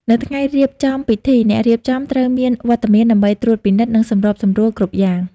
នៅថ្ងៃរៀបចំពិធី អ្នករៀបចំត្រូវមានវត្តមានដើម្បីត្រួតពិនិត្យ និងសម្របសម្រួលគ្រប់យ៉ាង។